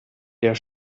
der